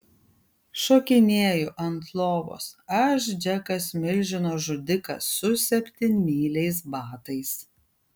šokinėju ant lovos aš džekas milžino žudikas su septynmyliais batais